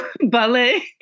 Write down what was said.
ballet